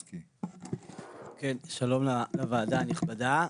שלום לוועדה הנכבדה.